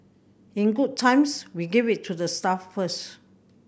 in good times we give it to the staff first